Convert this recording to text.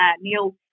Neil